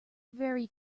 very